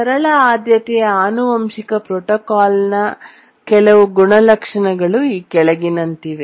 ಸರಳ ಆದ್ಯತೆಯ ಆನುವಂಶಿಕ ಪ್ರೋಟೋಕಾಲ್ನ ಕೆಲವು ಗುಣಲಕ್ಷಣಗಳು ಈ ಕೆಳಗಿನಂತಿವೆ